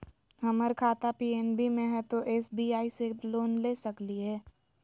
हमर खाता पी.एन.बी मे हय, तो एस.बी.आई से लोन ले सकलिए?